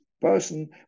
person